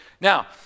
Now